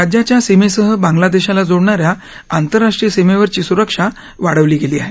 राज्याच्या सीमेसह बांग्लादेशला जोडणा या आंतरराष्ट्रीय सीमेवरची सुरक्षा वाढवली आहे